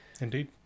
indeed